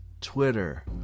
Twitter